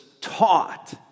taught